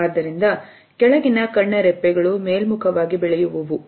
ಆದ್ದರಿಂದ ಕೆಳಗಿನ ಕಣ್ಣ ರೆಪ್ಪೆಗಳು ಮೇಲ್ಮುಖವಾಗಿ ಬೆಳೆಯುವುವು